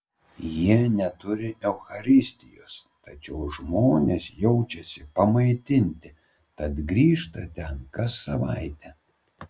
jie neturi eucharistijos tačiau žmonės jaučiasi pamaitinti tad grįžta ten kas savaitę